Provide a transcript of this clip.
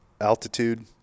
altitude